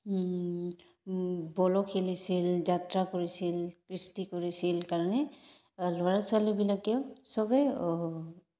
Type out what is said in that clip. বলো খেলিছিল যাত্ৰা কৰিছিল কৃষ্টি কৰিছিল কাৰণে ল'ৰা ছোৱালীবিলাকেও চবেই